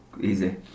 Easy